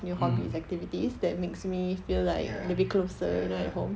mm ya ya ya